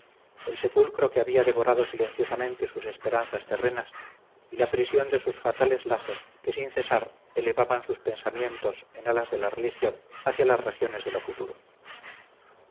el sepulcro que había devorado silenciosamente sus esperanzas terrenas y la prisión de sus fatales lazos que sin cesar elevaban sus pensamientos en alas de la religión hacia las regiones de lo futuro